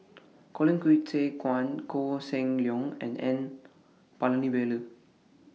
Colin Qi Zhe Quan Koh Seng Leong and N Palanivelu